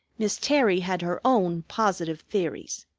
miss terry had her own positive theories.